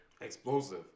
Explosive